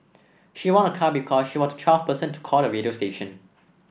she won a car because she was the twelfth person to call the radio station